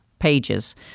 Pages